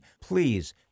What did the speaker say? Please